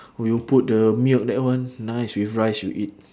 who you put the milk that one nice with rice you eat